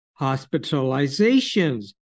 hospitalizations